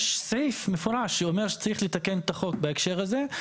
יש סעיף מפורש שאומר שצריך לתקן את החוק בהקשר הזה.